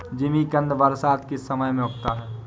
जिमीकंद बरसात के समय में उगता है